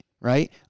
right